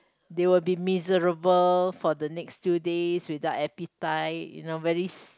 they will be miserable for the next two days without appetite you know very